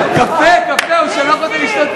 קפה, קפה, הוא שלח אותי לשתות קפה.